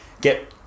get